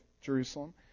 Jerusalem